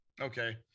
okay